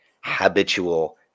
habitual